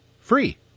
free